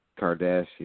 Kardashian